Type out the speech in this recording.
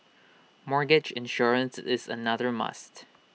mortgage insurance is another must